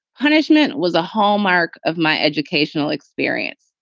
punishment was a hallmark of my educational experience.